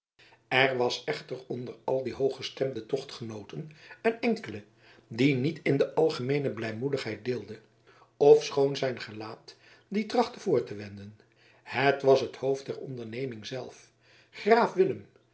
er was echter onder al die hooggestemde tochtgenooten een enkele die niet in de algemeene blijmoedigheid deelde ofschoon zijn gelaat die trachtte voor te wenden het was het hoofd der onderneming zelf graaf willem